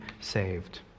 saved